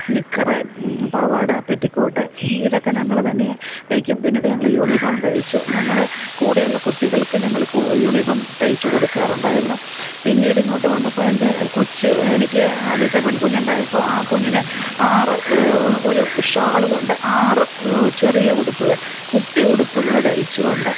നിക്കർ പാവാട പെറ്റിക്കോട്ട് ഇതൊക്കെ ഞങ്ങൾ തന്നെ തയ്ക്കും പിന്നീട് ഞങ്ങൾ യൂണിഫോമും തയ്ച്ചു ഞങ്ങളെ കൂടെയുള്ള കുട്ടികൾക്ക് ഞങ്ങൾ യൂണിഫോം തയ്ച്ച് കൊടുക്കാറുണ്ടായിരുന്നു പിന്നീടിങ്ങോട്ട് വന്നപ്പോൾ എൻ്റെ കൊച്ച് എനിക്ക് ആദ്യത്തെ പെൺ കുഞ്ഞുണ്ടായപ്പോൾ ആ കുഞ്ഞിന് ആറ് ഒരു ഷോള് കൊണ്ട് ആറ് ചെറിയ ഉടുപ്പുകൾ കുട്ടിയുടുപ്പുകൾ തയ്ച്ചുകൊണ്ട്